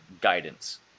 guidance